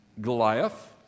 Goliath